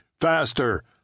Faster